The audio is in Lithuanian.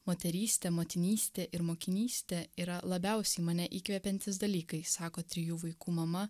moterystė motinystė ir mokinystė yra labiausiai mane įkvepiantys dalykai sako trijų vaikų mama